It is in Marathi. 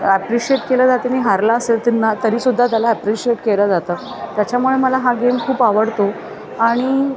ॲप्रिशिएट केलं जातं आणि हारला असेल तर ना तरीसुद्धा त्याला ॲप्रिशिएट केलं जातं त्याच्यामुळे मला हा गेम खूप आवडतो आणि